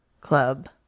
club